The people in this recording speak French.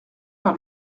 par